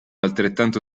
altrettanto